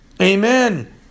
Amen